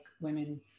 women